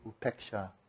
upeksha